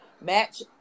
Match